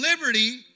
Liberty